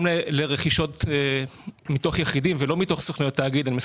גם שם יש עניין